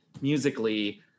musically